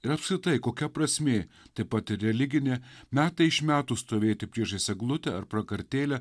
ir apskritai kokia prasmė taip pat ir religinė metai iš metų stovėti priešais eglutę ar prakartėlę